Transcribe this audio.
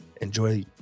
enjoy